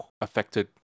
affected